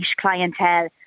clientele